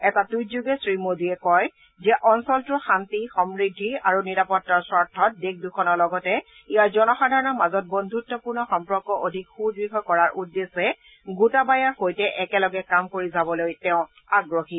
এটা টুইটযোগে শ্ৰী মোদীয়ে কয় যে অঞ্চলটোৰ শান্তি সমূদ্ধি আৰু নিৰাপত্তাৰ স্বাৰ্থত দেশ দুখনৰ লগতে ইয়াৰ জনসাধাৰণৰ মাজত বন্ধুত্বপূৰ্ণ সম্পৰ্ক অধিক সূদ্য় কৰাৰ উদ্দেশ্যে গোটাবায়াৰ সৈতে একেলগে কাম কৰি যাবলৈ তেওঁ আগ্ৰহী